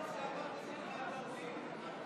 בחודש שעבר,